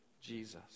Jesus